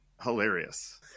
hilarious